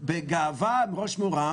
בבית המשפט